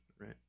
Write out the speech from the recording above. right